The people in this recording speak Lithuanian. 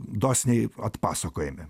dosniai atpasakojimi